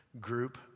group